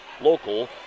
local